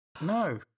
No